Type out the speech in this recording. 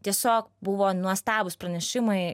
tiesiog buvo nuostabūs pranešimai